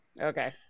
Okay